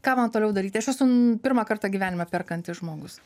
ką man toliau daryti aš esu pirmą kartą gyvenime perkantis žmogus